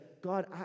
God